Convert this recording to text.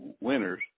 winners